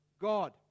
God